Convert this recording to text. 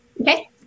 Okay